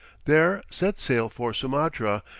there set sail for sumatra,